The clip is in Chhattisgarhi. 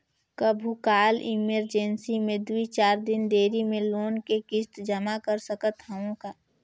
कभू काल इमरजेंसी मे दुई चार दिन देरी मे लोन के किस्त जमा कर सकत हवं का?